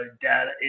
data